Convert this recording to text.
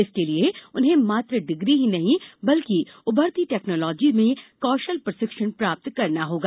इसके लिए उन्हें मात्र डिग्री ही नहीं बल्कि उभरती टेक्नोलॉजी में कौशल प्रशिक्षण प्राप्त करना होगा